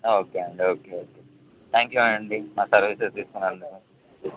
okay అండి okay okay thank you అండి మా సర్వీసెస్ తీసుకున్నందుకు